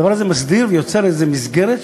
הדבר הזה מסדיר ויוצר מסגרת,